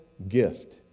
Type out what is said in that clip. Gift